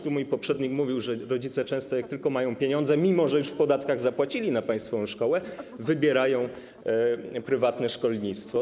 Tu mój poprzednik mówił, że rodzice często gdy tylko mają pieniądze, mimo że już w podatkach zapłacili na państwową szkołę, wybierają prywatne szkolnictwo.